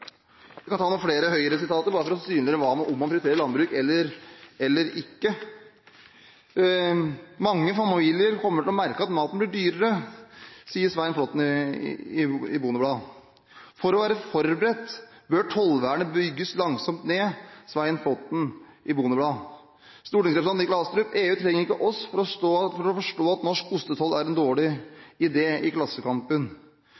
Jeg kan ta noen flere Høyre-sitater bare for å synliggjøre om man prioriterer landbruk eller ikke. Svein Flåtten sier dette i Bondebladet: «Mange familier kommer til å merke at maten blir dyrere.» Videre sier han i Aftenposten 2. november 2012: «For å være forberedt på dette, bør tollvernet bygges langsomt ned.» Stortingsrepresentant Nikolai